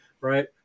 right